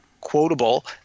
quotable